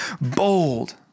bold